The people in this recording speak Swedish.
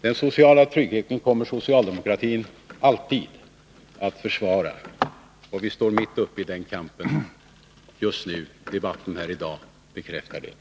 Den sociala tryggheten kommer socialdemokratin alltid att försvara, och vi står just nu mitt uppe i den kampen. Debatten här i dag bekräftar det.